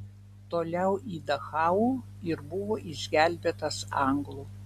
toliau į dachau ir buvo išgelbėtas anglų